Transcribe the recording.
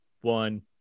one